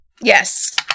yes